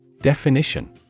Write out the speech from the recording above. Definition